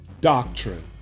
doctrine